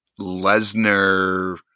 Lesnar